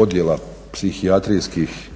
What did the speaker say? odjela psihijatrijskih